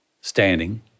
standing